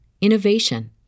innovation